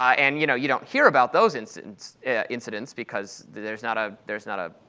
ah and you know you don't hear about those incidents incidents because there's not ah there's not a